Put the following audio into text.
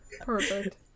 Perfect